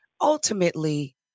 ultimately